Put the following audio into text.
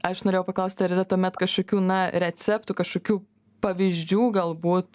aš norėjau paklausti ar yra tuomet kažkokių na receptų kažkokių pavyzdžių galbūt